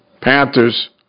Panthers